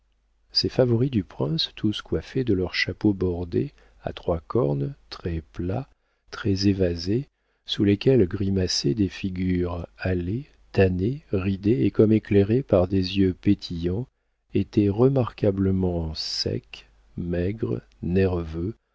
ces favoris du prince tous coiffés de leurs chapeaux bordés à trois cornes très plats très évasés sous lesquels grimaçaient des figures hâlées tanées ridées et comme éclairées par des yeux petillants étaient remarquablement secs maigres nerveux